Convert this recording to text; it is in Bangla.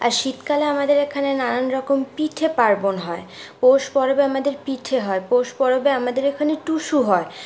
আর শীতকালে আমাদের এখানে নানানরকম পিঠে পার্বণ হয় পৌষ পরবে আমাদের পিঠে হয় পৌষ পরবে আমাদের এখানে টুসু হয়